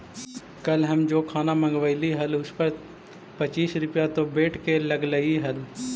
कल हम जे खाना मँगवइली हल उसपे पच्चीस रुपए तो वैट के लगलइ हल